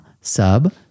Sub